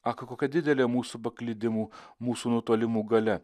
ak kokia didelė mūsų paklydimų mūsų nutolimų galia